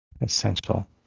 essential